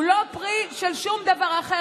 הוא לא פרי של שום דבר אחר.